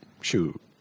Shoot